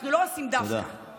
אנחנו לא עושים דווקא, תודה.